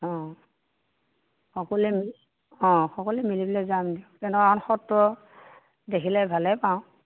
অ সকলোৱে অ সকলোৱে মিলি পেলাই যাম দিয়ক তেনেকুৱা এখন সত্ৰ দেখিলে ভালে পাওঁ